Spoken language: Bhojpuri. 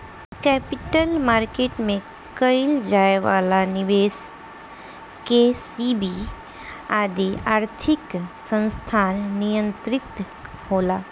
कैपिटल मार्केट में कईल जाए वाला निबेस के सेबी आदि आर्थिक संस्थान नियंत्रित होला